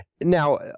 Now